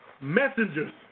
messengers